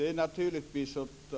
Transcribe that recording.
Fru talman!